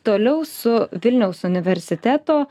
toliau su vilniaus universiteto